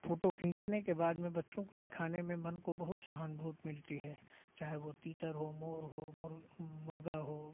photo खींचने के बाद में बच्चों को दिखाने में मन को बहुत सहानुभूति मिलती है चाहे वो तीतर हो मोर हो मुर् मुर्गा हो